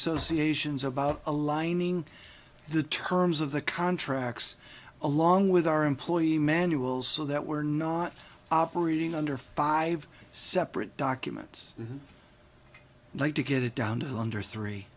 associations about aligning the terms of the contracts along with our employee manuals so that we're not operating under five separate documents and like to get it down to under three